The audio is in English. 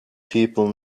people